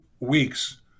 Weeks